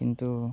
କିନ୍ତୁ